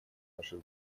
наших